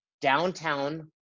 Downtown